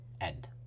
End